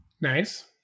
Nice